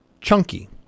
chunky